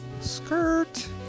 Skirt